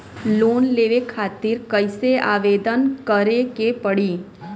Loan लेवे खातिर कइसे आवेदन करें के पड़ी?